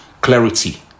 clarity